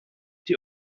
die